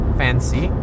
fancy